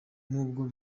nubwo